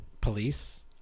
police